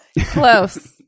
Close